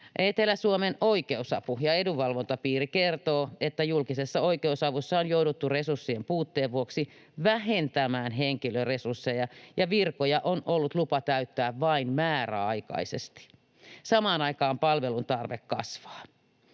Etelä-Suomen oikeusapu‑ ja edunvalvontapiiri kertoo, että julkisessa oikeusavussa on jouduttu resurssien puutteen vuoksi vähentämään henkilöresursseja ja virkoja on ollut lupa täyttää vain määräaikaisesti. Samaan aikaan palveluntarve kasvaa.